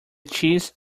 cheese